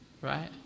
Right